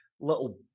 little